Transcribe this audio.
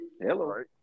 hello